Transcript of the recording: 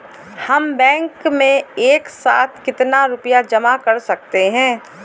हम बैंक में एक साथ कितना रुपया जमा कर सकते हैं?